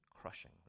crushing